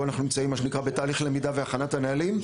אנחנו נמצאים בתהליך למידה והכנת הנהלים,